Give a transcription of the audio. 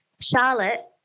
Charlotte